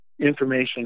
information